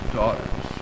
daughters